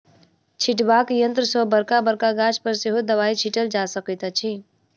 छिटबाक यंत्र सॅ बड़का बड़का गाछ पर सेहो दबाई छिटल जा सकैत अछि